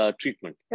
treatment